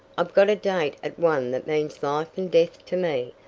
i've got a date at one that means life and death to me.